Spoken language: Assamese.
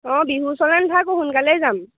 অঁ বিহু নেথাকো সোনকালে যাম